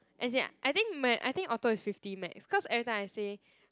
as in I think when I think auto is fifty max cause every time I say